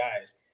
guys